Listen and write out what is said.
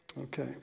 Okay